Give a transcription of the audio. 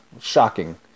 Shocking